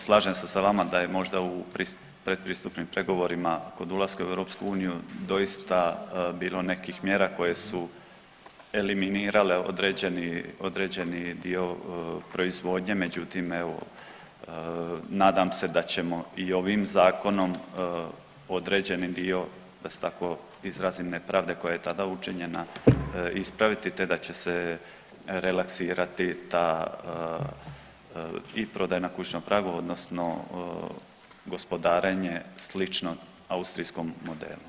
Slažem se sa vama da je možda u pretpristupnim pregovorima kod ulaska u EU doista bilo nekih mjera koje su eliminirale određeni dio proizvodnje, međutim, evo, nadam se da ćemo i ovim Zakonom određeni dio, da se tako izrazim, nepravde koja je tada učinjena, ispraviti te da će se relaksirati ta i prodaja na kućnom pragu, odnosno gospodarenje slično austrijskom modelu.